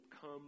come